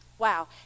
wow